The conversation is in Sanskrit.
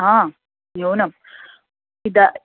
हा न्यूनम् इदानीम्